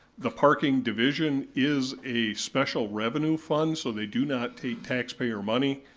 the parking division is a special revenue fund, so they do not take taxpayer money.